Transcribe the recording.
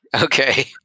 Okay